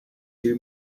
two